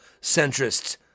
centrists